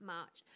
March